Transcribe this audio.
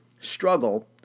struggle